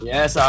Yes